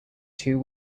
two